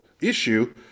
issue